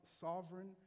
sovereign